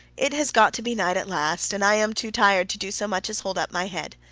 it has got to be night at last, and i am too tired to do so much as hold up my head.